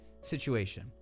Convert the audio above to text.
situation